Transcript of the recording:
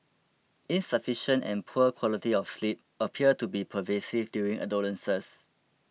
insufficient and poor quality of sleep appear to be pervasive during adolescence